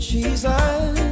Jesus